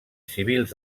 civils